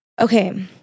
Okay